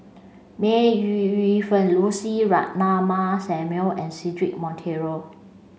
May Ooi Yu Fen Lucy Ratnammah Samuel and Cedric Monteiro